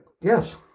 Yes